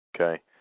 Okay